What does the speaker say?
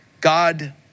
God